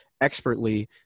expertly